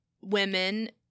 women